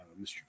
Mr